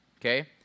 okay